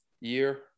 year